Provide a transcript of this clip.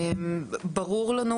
ברור לנו,